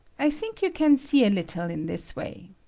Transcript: i think you can see a little in this way.